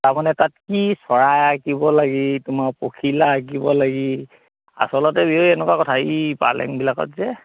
তাৰমানে তাত কি চৰাই আঁকিব লাগি তোমাৰ পখিলা আঁকিব লাগি আচলতে বিয়ৈ এনেকুৱা কথা ই পালেংবিলাকত যে